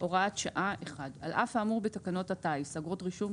הוראת שעה על אף האמור בתקנות הטיס (אגרות רישום,